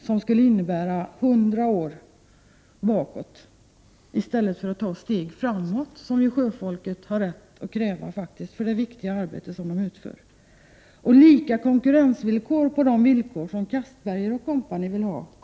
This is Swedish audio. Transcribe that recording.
Det skulle innebära att vi gick 100 år tillbaka i tiden i stället för att ta ett steg framåt, något som sjöfolket har rätt att kräva för det viktiga arbete man utför. Vi kommer aldrig att ställa upp på kravet på lika konkurrensvillkor, om det är fråga om villkor av det slag som Anders Castberger & co vill ha. Prot.